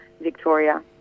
Victoria